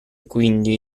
quindi